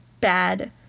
bad